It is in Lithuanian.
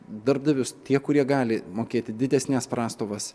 darbdavius tie kurie gali mokėti didesnes prastovas